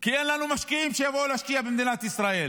כי אין לנו משקיעים שיבואו להשקיע במדינת ישראל,